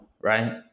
right